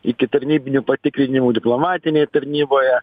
iki tarnybinių patikrinimų diplomatinėj tarnyboje